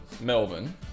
Melbourne